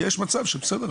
יש מצב שבסדר,